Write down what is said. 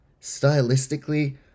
Stylistically